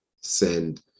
send